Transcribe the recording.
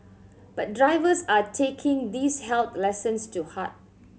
but drivers are taking these health lessons to heart